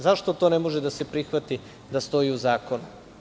Zašto to ne može da se prihvati da stoji u zakonu?